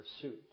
pursuit